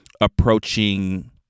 approaching